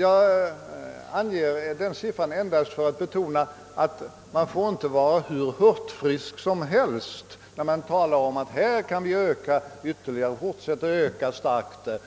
Jag anger den siffran endast för att betona att man inte får vara hur hurtfrisk som helst när man talar om att vi utan vidare kan fortsätta att kraftigt öka